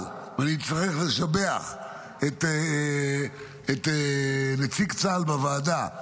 אני צריך לשבח את נציג צה"ל בוועדה,